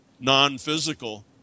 non-physical